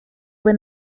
were